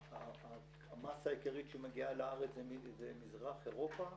המאסה העיקרית שמגיעה לארץ זה ממזרח אירופה.